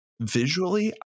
Visually